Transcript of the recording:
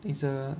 it's a